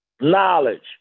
knowledge